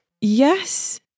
Yes